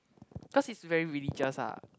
cause he's very religious ah